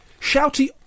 Shouty